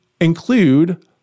include